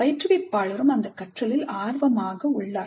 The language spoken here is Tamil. பயிற்றுவிப்பாளரும் அந்த கற்றலில் ஆர்வமாக உள்ளார்